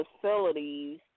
facilities